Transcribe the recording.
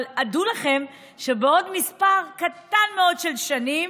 אבל דעו לכם שבעוד מספר קטן מאוד של שנים